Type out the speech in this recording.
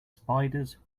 spiders